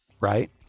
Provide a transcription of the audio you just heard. right